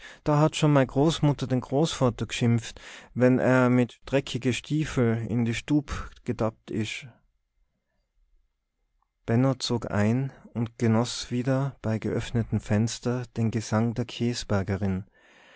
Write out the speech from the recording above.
da hat schonn mei großmudder de großvadder geschimbft wann er mit dreckige schdiwwel in die schdub gedappt is benno zog ein und genoß wieder bei geöffnetem fenster den gesang der